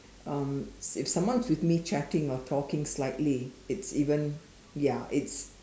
um if someone's with me chatting or talking slightly it's even ya it's